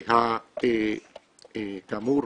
כאמור,